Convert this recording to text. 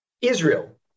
Israel